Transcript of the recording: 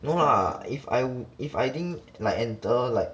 no lah if I if I didn't like enter like